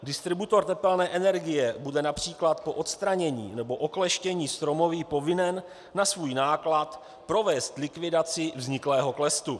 Distributor tepelné energie bude například po odstranění nebo okleštění stromoví povinen na svůj náklad provést likvidaci vzniklého klestu.